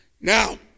Now